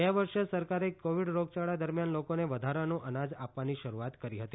ગયા વર્ષે સરકારે કોવિડ રોગયાળા દરમિયાન લોકોને વધારાનું અનાજ આપવાની શરૂઆત કરી હતી